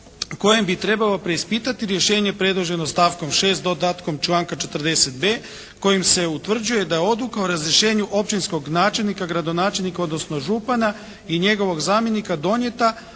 kojem bi trebalo preispitati rješenje predloženo stavkom 6. dodatkom članka 40.b kojim se utvrđuje da je odluka o razrješenju općinskog načelnika, gradonačelnika, odnosno župana i njegovog zamjenika donijeta